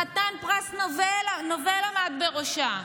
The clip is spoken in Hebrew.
חתן פרס נובל עמד בראשה,